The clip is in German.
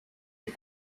die